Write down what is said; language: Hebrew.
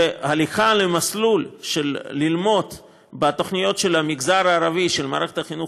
והליכה למסלול של לימוד בתוכניות של המגזר הערבי של מערכת החינוך